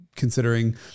considering